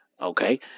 Okay